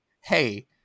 hey